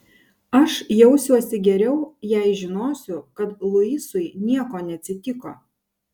aš jausiuosi geriau jei žinosiu kad luisui nieko neatsitiko